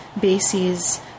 bases